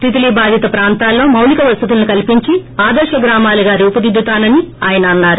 తీతల్లో బాధితో ప్రాంతాలలో మౌలిక వసతలను కల్పించి ఆదర్ప గ్రామాలుగా రుపుదిద్దుతానని ఆయన అన్నారు